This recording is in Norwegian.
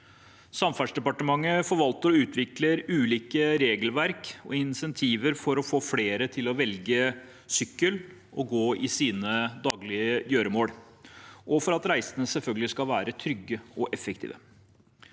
Samferdselsdepartementet forvalter og utvikler ulike regelverk og insentiver for å få flere til å velge å sykle og gå til sine daglige gjøremål, og for at reisene selvfølgelig skal være trygge og effektive.